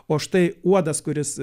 o štai uodas kuris